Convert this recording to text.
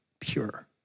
pure